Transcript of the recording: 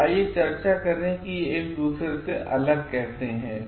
तो आइए चर्चा करें कि यह एकदूसरेसे अलग कैसे है